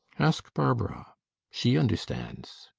ask barbara she understands.